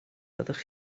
fyddech